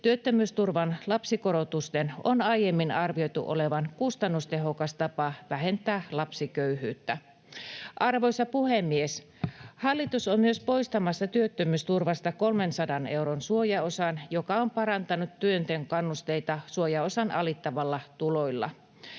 Työttömyysturvan lapsikorotusten on aiemmin arvioitu olevan kustannustehokas tapa vähentää lapsiköyhyyttä. Arvoisa puhemies! Hallitus on myös poistamassa työttömyysturvasta 300 euron suojaosan, joka on parantanut työnteon kannusteita suojaosan alittavilla tuloilla.